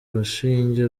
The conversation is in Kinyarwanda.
rushinge